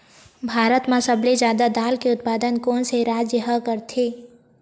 भारत मा सबले जादा दाल के उत्पादन कोन से राज्य हा करथे?